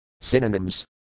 Synonyms